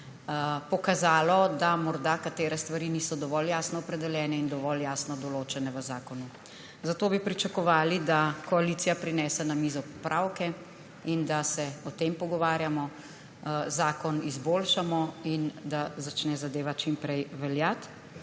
pokazalo, da morda katere stvari niso dovolj jasno opredeljene in dovolj jasno določene v zakonu. Zato bi pričakovali, da koalicija prinese na mizo popravke in da se o tem pogovarjamo, zakon izboljšamo, da začne zadeva čim prej veljati.